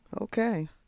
Okay